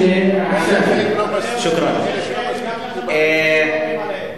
יש אנשים שגם כשהם מסמיקים לא רואים עליהם.